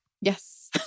Yes